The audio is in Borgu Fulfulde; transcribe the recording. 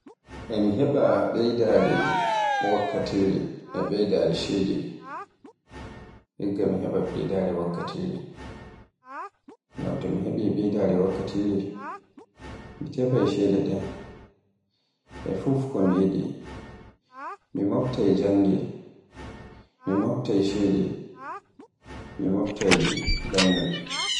E mi heɓa ɓeydaare wakkatire e ɓeydaare ceede, igga mi heɓa ɓeydaare wakkatire. Ngam to mi heɓi ɓeydaare wakkatire mi tefay ceede ɗen e fuf komi yiɗi. Mo mobtay jannde mo, mi moftay ceede mi mobtay lanyol.